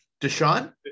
Deshaun